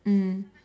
mm